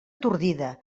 atordida